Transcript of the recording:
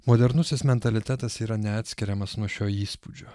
modernusis mentalitetas yra neatskiriamas nuo šio įspūdžio